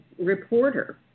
reporter